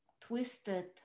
twisted